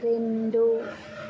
రెండు